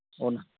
ᱚᱱᱟ